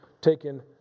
taken